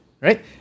right